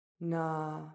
na